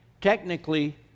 technically